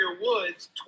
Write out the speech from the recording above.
Woods